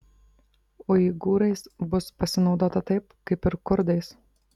uigūrais bus pasinaudota taip kaip ir kurdais